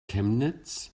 chemnitz